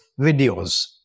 videos